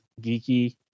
geeky